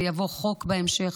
ויבוא חוק בהמשך,